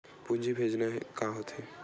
पूंजी भेजना का होथे?